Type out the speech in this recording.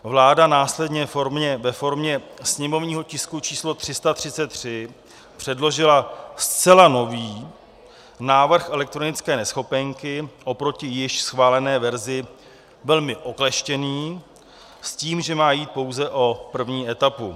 Vláda následně ve formě sněmovního tisku číslo 333 předložila zcela nový návrh elektronické neschopenky, oproti již schválené verzi velmi okleštěný, s tím, že má jít pouze o první etapu.